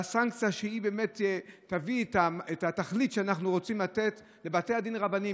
והסנקציה שבאמת תביא את התכלית שאנחנו רוצים לתת לבתי הדין הרבניים,